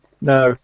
No